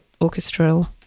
orchestral